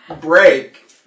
break